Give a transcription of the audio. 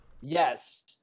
yes